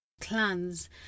clans